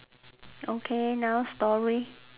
okay now stories